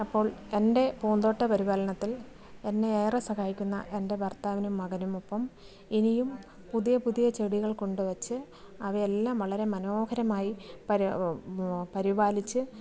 അപ്പോൾ എൻ്റെ പൂന്തോട്ട പരിപാലനത്തിൽ എന്നെ ഏറെ സഹായിക്കുന്ന എൻ്റെ ഭർത്താവിനും മകനും ഒപ്പം ഇനിയും പുതിയ പുതിയ ചെടികൾ കൊണ്ടു വെച്ച് അവയെല്ലാം വളരെ മനോഹരമായി പല പരിപാലിച്ച്